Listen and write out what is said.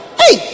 hey